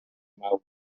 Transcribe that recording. mawr